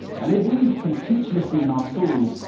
and if we can teach listening in our schools,